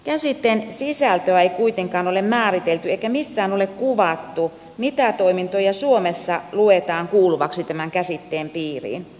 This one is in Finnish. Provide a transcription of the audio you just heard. käsitteen sisältöä ei kuitenkaan ole määritelty eikä missään ole kuvattu mitä toimintoja suomessa luetaan kuuluvaksi tämän käsitteen piiriin